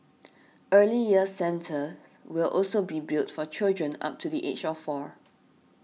Early Years Centres will also be built for children up to the age of four